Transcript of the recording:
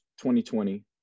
2020